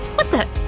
what the,